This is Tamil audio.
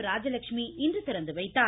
ராஜலட்சுமி இன்று திறந்துவைத்தார்